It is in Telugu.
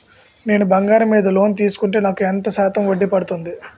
నేను బంగారం మీద లోన్ తీసుకుంటే నాకు ఎంత శాతం వడ్డీ పడుతుంది?